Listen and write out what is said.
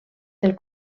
del